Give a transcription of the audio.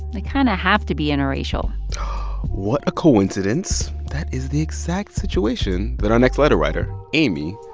they kind of have to be interracial what a coincidence that is the exact situation that our next letter-writer, amy,